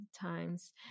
times